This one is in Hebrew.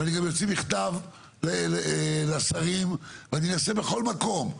ואני גם אוציא מכתב לשרים ואני אנסה בכל מקום,